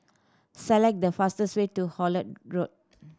select the fastest way to Holt Road